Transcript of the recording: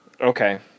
Okay